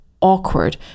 awkward